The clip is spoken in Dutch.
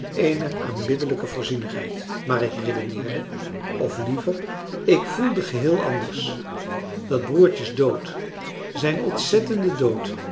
eener aanbiddelijke voorzienigheid maar ik redeneerde of liever ik voelde geheel anders dat broertjes dood zijn ontzettende dood